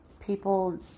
people